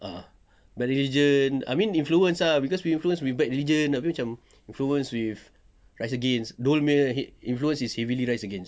ah bad religion I mean influence ah cause we influence with bad religion abeh macam influence with rise against dol punya influence is heavily rise against